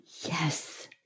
Yes